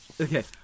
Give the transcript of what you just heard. Okay